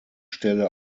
stelle